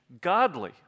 godly